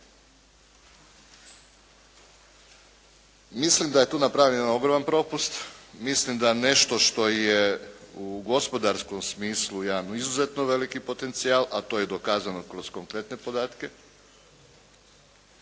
Mislim da je tu napravljen ogroman propust, mislim da nešto što je u gospodarskom smislu jedan izuzetno veliki potencijal, a to je dokazano kroz kompletne podatke,